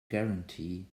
guarantee